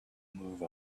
move